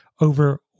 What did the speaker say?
over